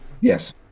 yes